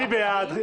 אני מודיע על